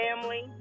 family